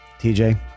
TJ